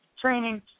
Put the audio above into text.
training